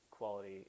quality